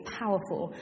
powerful